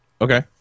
Okay